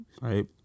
Right